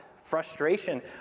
frustration